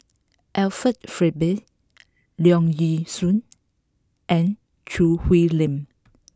Alfred Frisby Leong Yee Soo and Choo Hwee Lim